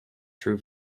true